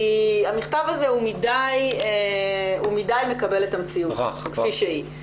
כי המכתב הזה הוא מדי מקבל את המציאות כפי שהיא.